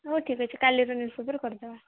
ହଉ ଠିକ୍ ଅଛି କାଲିକି ମିଶିକିରି କରିଦେବା